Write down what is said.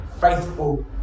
faithful